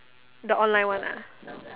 the online one lah